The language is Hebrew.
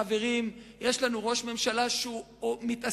חברים, יש לנו ראש ממשלה שמתעסק